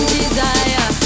desire